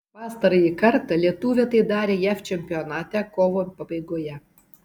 pastarąjį kartą lietuvė tai darė jav čempionate kovo pabaigoje